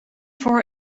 voor